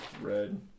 red